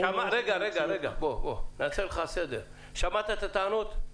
שמעת את הטענות?